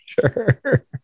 Sure